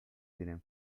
tienen